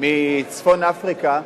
מארצות צפון-אפריקה,